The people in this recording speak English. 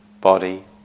body